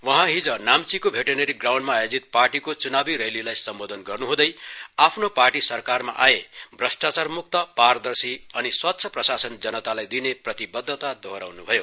वहाँ हिज नाम्चीको भेटनेरी ग्राउण्डमा आयोजित पार्टीको च्नावी रैलीलाई सम्बोधन गर्नुहँदै आफ्नो पार्टी सरकारमा आए भ्रष्ट्रचार म्क्त पारदर्शी अनि स्वच्छ प्रशासन जनतालाई दिने प्रतिवद्दता दोह्रराउन् भयो